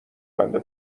بنده